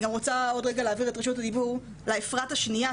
אני גם רוצה עוד רגע להעביר את רשות הדיבור לאפרת השנייה,